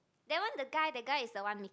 that one the guy the guy is the one meet